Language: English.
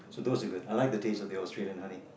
so those are good I like the taste of the Australian honey